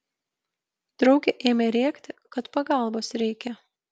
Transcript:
draugė ėmė rėkti kad pagalbos reikia